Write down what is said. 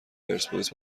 پرسپولیس